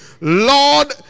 lord